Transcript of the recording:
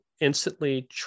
instantly